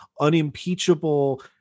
unimpeachable